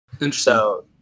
Interesting